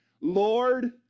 Lord